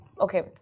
Okay